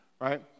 right